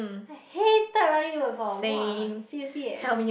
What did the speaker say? I hated running two point four [wah] seriously eh